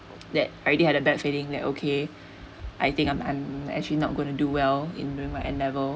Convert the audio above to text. that I already had a bad feeling like okay I think I'm I'm actually not going to do well in during my N level